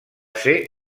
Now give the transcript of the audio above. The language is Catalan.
ser